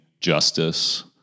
justice